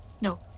No